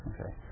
Okay